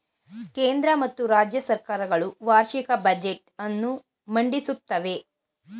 ಕೇಂದ್ರ ಮತ್ತು ರಾಜ್ಯ ಸರ್ಕಾರ ಗಳು ವಾರ್ಷಿಕ ಬಜೆಟ್ ಅನ್ನು ಮಂಡಿಸುತ್ತವೆ